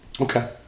Okay